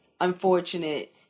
unfortunate